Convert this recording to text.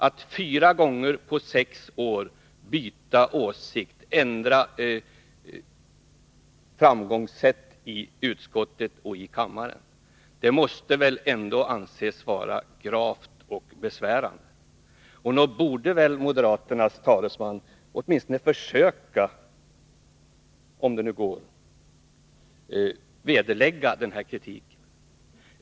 Att fyra gånger på sex år byta åsikt och ändra handlingssätt i utskott och kammare måste väl ändå anses vara gravt och besvärande. Nog borde väl moderaternas talesman åtminstone försöka att — om det nu går — vederlägga den här kritiken.